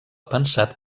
pensat